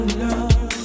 love